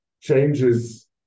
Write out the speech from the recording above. changes